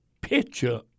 picture